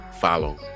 follow